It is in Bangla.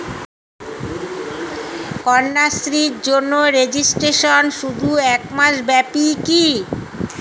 কন্যাশ্রীর জন্য রেজিস্ট্রেশন শুধু এক মাস ব্যাপীই কি?